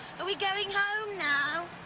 but we going home now?